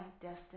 destiny